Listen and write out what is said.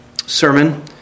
sermon